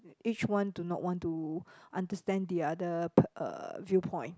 each one do not want to understand the other per~ uh viewpoint